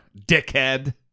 dickhead